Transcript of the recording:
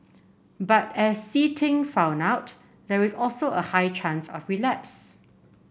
but as See Ting found out there is also a high chance of relapse